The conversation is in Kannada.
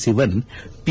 ಸಿವನ್ ಪಿ